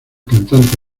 cantante